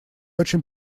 очень